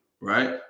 Right